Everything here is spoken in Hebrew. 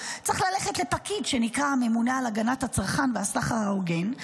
צריך ללכת לפקיד שנקרא הממונה על הגנת הצרכן והסחר ההוגן,